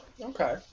okay